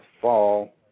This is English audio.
fall